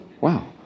wow